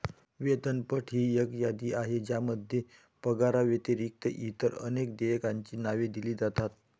वेतनपट ही एक यादी आहे ज्यामध्ये पगाराव्यतिरिक्त इतर अनेक देयकांची नावे दिली जातात